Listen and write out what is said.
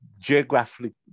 Geographically